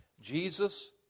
Jesus